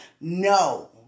No